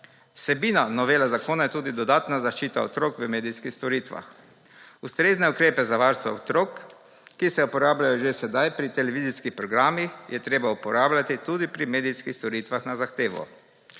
Vsebina novele zakona je tudi dodatna zaščita otrok v medijskih storitvah. Ustrezne ukrepe za varstvo otrok, ki se uporabljajo že sedaj pri televizijskih programih, je treba uporabljati tudi pri medijskih storitvah na zahtevo.